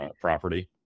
property